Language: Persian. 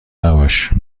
نباش